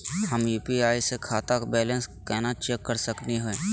हम यू.पी.आई स खाता बैलेंस कना चेक कर सकनी हे?